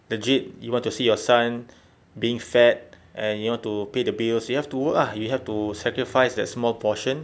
legit you want to see your son being fed and you want to pay the bills you have to work ah you have to sacrifice that small portion